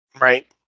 right